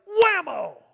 whammo